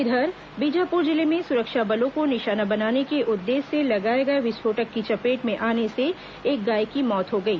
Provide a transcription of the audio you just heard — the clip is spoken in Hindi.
इधर बीजापुर जिले में सुरक्षा बलों को निशाना बनाने के उद्देश्य से लगाए गए विस्फोटक की चपेट में आने से एक गाय की मौत हो गई